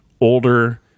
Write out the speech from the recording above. older